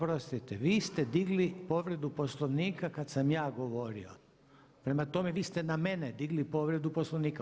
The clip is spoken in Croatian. Oprostite, vi ste digli povredu Poslovnika kada sam ja govorio, prema tome, vi ste na mene digli povredu Poslovnika.